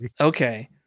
okay